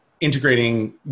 integrating